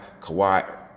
Kawhi